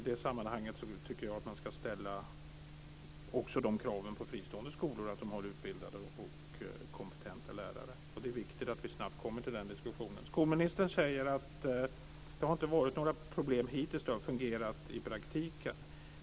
I det sammanhanget tycker jag att man ska ställa de kraven också på fristående skolor, dvs. att de har utbildade och kompetenta lärare. Det är viktigt att vi snabbt kommer till den diskussionen. Skolministern säger att det inte har varit några problem hittills utan att det har fungerat i praktiken.